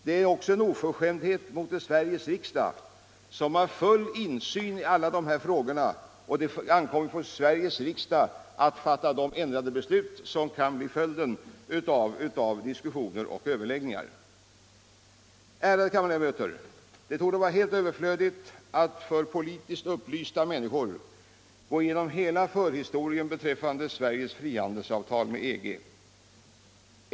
De utgör en oförskämdhet också mot Sveriges riksdag, som har full insyn i dessa frågor och som skall fatta de nya beslut som kan bli följden av diskussioner och överläggningar. Ärade kammarledamöter! Det torde vara helt överflödigt att för politiskt upplysta människor gå igenom hela förhistorien beträffande Sveriges frihandelsavtal med EG.